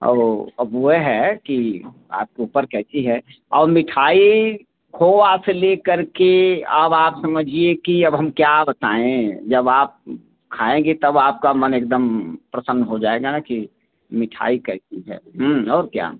और अब वे है कि आपके ऊपर कैसी है और मिठाई खोया से लेकर के अब आप समझिए कि अब हम क्या बताएँ जब आप खाएँगी तब आपका मन एकदम प्रसन्न हो जाएगा ना कि मिठाई कैसी है और क्या